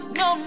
no